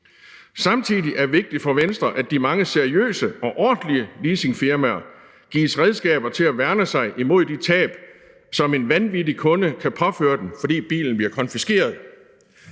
Samtidig er det vigtigt for Venstre, at de mange seriøse og ordentlige leasingfirmaer gives redskaber til at værne sig imod de tab, som en vanvittig kunde kan påføre dem, fordi bilen bliver konfiskeret.